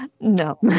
No